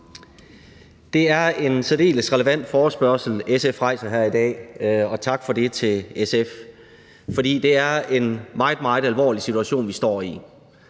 Det er en særdeles relevant forespørgsel, SF rejser her i dag – og tak for det til SF – for det er en meget, meget alvorlig situation, vi står i.